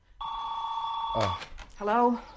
Hello